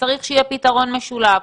שצריך שיהיה פתרון משולב,